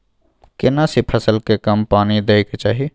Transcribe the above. केना सी फसल के कम पानी दैय के चाही?